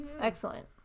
Excellent